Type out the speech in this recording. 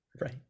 Right